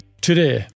today